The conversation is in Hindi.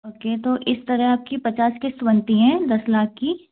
ओके तो इस तरह आपकी पचास किस्त बनती हैं दस लाख की